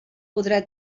podrà